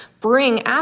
bring